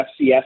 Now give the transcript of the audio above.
FCS